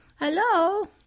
Hello